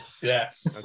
Yes